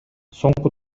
соңку